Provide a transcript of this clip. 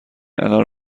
الان